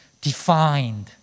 defined